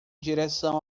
direção